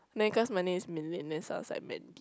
then because my name is Min-Lin then it sounds like Mandy